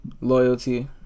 Loyalty